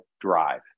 drive